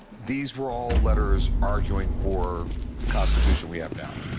these were all letters arguing for the constitution we have now.